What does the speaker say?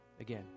again